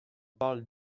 parle